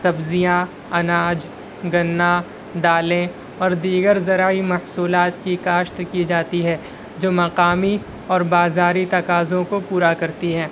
سبزیاں اناج گنا دالیں اور دیگر زرعی محصولات کی کاشت کی جاتی ہے جو مقامی اور بازاری تقاضوں کو پورا کرتی ہیں